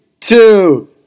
two